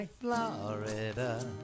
Florida